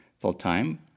full-time